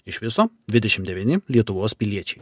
iš viso dvidešim devyni lietuvos piliečiai